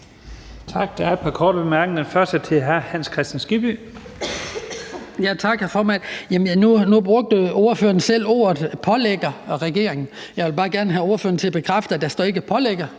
Nu brugte ordføreren selv udtrykket at pålægge regeringen noget. Jeg vil bare gerne have ordføreren til at bekræfte, at der ikke står pålægger